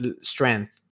strength